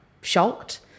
shocked